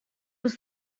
was